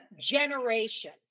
generation